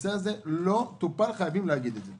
הנושא הזה לא טופל וחייבים להגיד את זה.